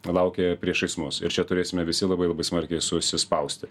laukia priešais mus ir čia turėsime visi labai labai smarkiai susispausti